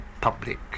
public